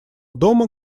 дома